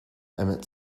emmett